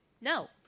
no